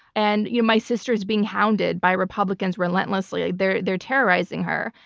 and you know my sister's being hounded by republicans relentlessly. they're they're terrorizing her.